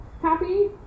happy